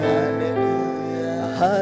hallelujah